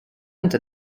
inte